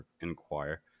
inquire